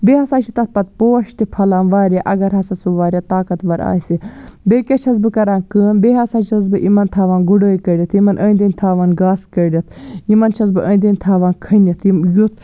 بیٚیہِ ہسا چھٕ تَتھ پَتہٕ پوش تہِ پھلان واریاہ اگر ہسا سُہ واریاہ طاقتوَر آسہِ بیٚیہِ کیٛاہ چھَس بہٕ کران کٲم بیٚیہِ ہسا چھَس بہٕ یِمَن تھاوان گُڑٲے کٔرِتھ یِمَن أنٛدۍ أنٛدۍ تھاوان گاسہٕ کٔڑِتھ یِمَن چھَس بہٕ أنٛدۍ أنٛدۍ تھاوان کھٔنِتھ یِم یُتھ